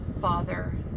father